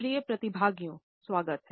प्रिय प्रतिभागियों स्वागत हैं